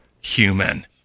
human